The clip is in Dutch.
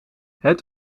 het